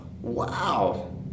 Wow